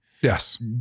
Yes